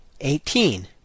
Eighteen